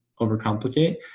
overcomplicate